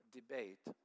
debate